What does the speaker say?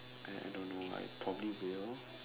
I I don't know why probably will